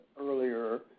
earlier